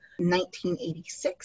1986